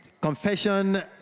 confession